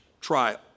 trial